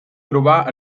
trobar